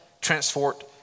transport